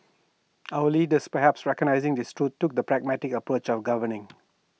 our leaders perhaps recognising this truth took the pragmatic approach of governing